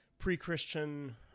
pre-Christian